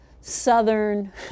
southern